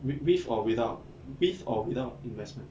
wi~ with or without with or without investment